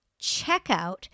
checkout